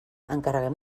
encarreguem